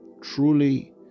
truly